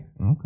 Okay